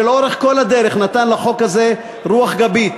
שלאורך כל הדרך נתן לחוק הזה רוח גבית.